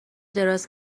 دراز